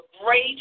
great